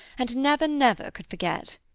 and never, never could forget!